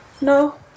No